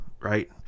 right